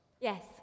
Yes